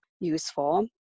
useful